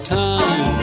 time